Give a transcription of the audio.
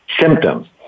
symptoms